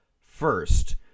first